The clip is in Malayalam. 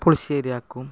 പുളിശ്ശേരി ആക്കും